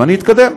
ואני אתקדם.